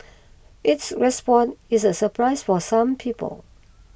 its response is a surprise for some people